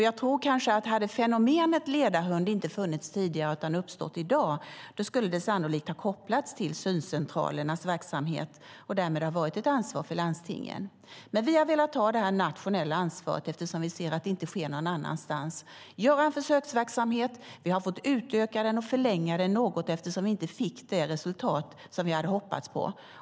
Jag tror att hade fenomenet ledarhund inte funnits tidigare utan uppstått i dag skulle det sannolikt ha kopplats till syncentralernas verksamhet och därmed varit ett ansvar för landstingen. Men vi har velat ta det nationella ansvaret eftersom vi ser att det inte tas någon annanstans. Vi har en försöksverksamhet. Vi har fått utöka och förlänga den något eftersom vi inte fick de resultat som vi hade hoppats på.